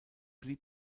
blieb